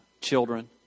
children